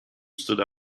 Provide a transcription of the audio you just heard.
stood